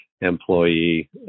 employee